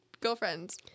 Girlfriends